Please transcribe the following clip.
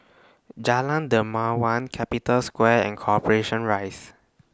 Jalan Dermawan Capital Square and Corporation Rise